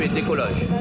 décollage